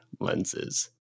lenses